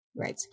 right